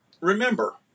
remember